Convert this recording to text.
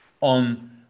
on